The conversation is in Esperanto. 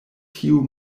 tiu